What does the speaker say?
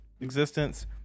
existence